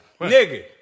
Nigga